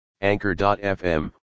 Anchor.fm